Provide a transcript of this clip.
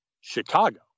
Chicago